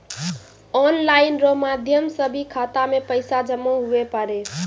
online रो माध्यम से भी खाता मे पैसा जमा हुवै पारै